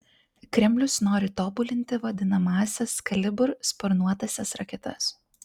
kremlius nori tobulinti vadinamąsias kalibr sparnuotąsias raketas